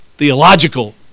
theological